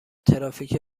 ترافیک